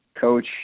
coach